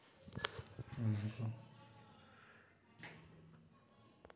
ᱚᱱᱟ ᱠᱚ